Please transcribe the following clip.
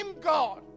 god